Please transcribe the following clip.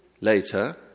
later